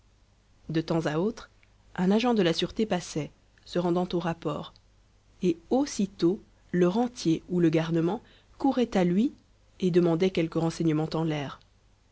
de temps à autre un agent de la sûreté passait se rendant au rapport et aussitôt le rentier ou le garnement courait à lui et demandait quelque renseignement en l'air